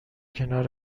کنار